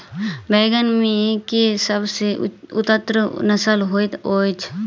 बैंगन मे केँ सबसँ उन्नत नस्ल होइत अछि?